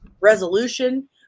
resolution